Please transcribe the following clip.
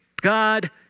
God